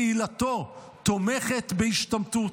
קהילתו תומכת בהשתמטות?